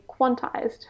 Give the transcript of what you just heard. quantized